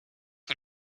que